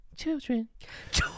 Children